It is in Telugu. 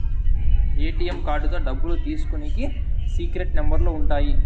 ఏ.టీ.యం కార్డుతో డబ్బులు తీసుకునికి సీక్రెట్ నెంబర్లు ఉంటాయి